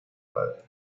padre